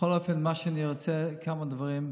בכל אופן, אני רוצה להגיד כמה דברים.